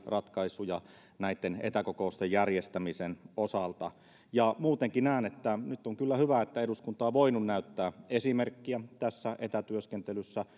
ratkaisuja näitten etäkokousten järjestämisen osalta muutenkin näen että nyt on kyllä hyvä että eduskunta on voinut näyttää esimerkkiä tässä etätyöskentelyssä